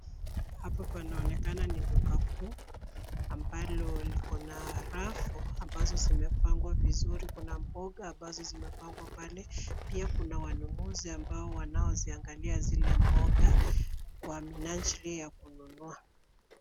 Hapa panaonekana ni duka kuu ambalo likona rafu ambazo zimepangwa vizuri. Kuna mboga ambazo zimepangwa pale. Pia kuna wanunuzi ambao wanaoziangalia zile mboga kwa minajili ya kununua.